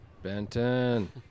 Benton